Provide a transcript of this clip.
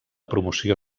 promoció